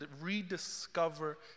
rediscover